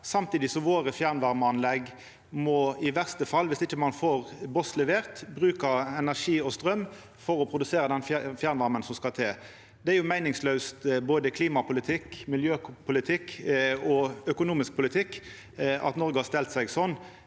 samtidig som våre fjernvarmeanlegg i verste fall, viss ein ikkje får boss levert dit, bruker energi og straum på å produsera den fjernvarmen som skal til. Det er meiningslaus både klimapolitikk, miljøpolitikk og økonomisk politikk at Noreg har stelt seg slik.